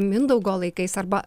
mindaugo laikais arba